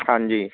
ਹਾਂਜੀ